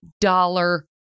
dollar